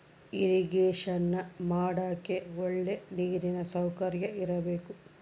irrigation ಮಾಡಕ್ಕೆ ಒಳ್ಳೆ ನೀರಿನ ಸೌಕರ್ಯ ಇರಬೇಕು